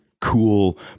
cool